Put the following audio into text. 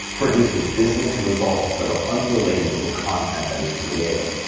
produces business results that are unrelated to the content that is created.